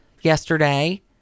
yesterday